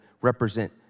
represent